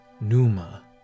NUMA